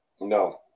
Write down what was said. No